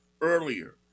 earlier